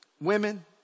women